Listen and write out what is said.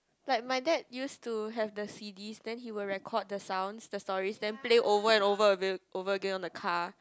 like my dad used to have the c_ds then he will record the sounds the stories then play over and over over again on the car